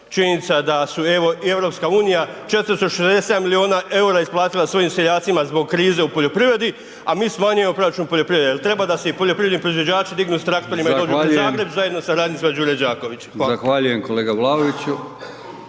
Činjenica da su evo i EU 467 miliona eura isplatila svojim seljacima zbog krize u poljoprivredi, a mi smanjujemo proračun poljoprivrede. Jel treba i da se poljoprivredni proizvođači dignu …/Upadica: Zahvaljujem./… s traktorima i dođu pred Zagreb zajedno sa radnicima Đure Đakovića.